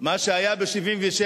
מה היה ב-1977?